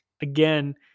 again